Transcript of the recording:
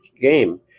game